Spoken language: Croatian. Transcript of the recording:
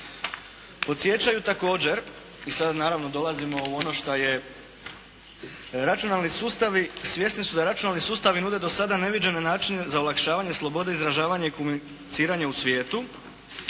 Podsjećaju također i sada naravno dolazimo u ono šta je, računalni sustavi, svjesni su da računalni sustavi nude dosada neviđene načine za olakšavanje slobode, izražavanje i komuniciranje u svijetu.